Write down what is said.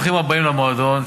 ברוכים למועדון,